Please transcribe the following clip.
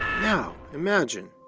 now imagine,